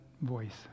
voice